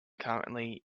currently